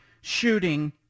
shooting